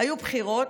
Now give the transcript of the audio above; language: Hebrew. היו בחירות,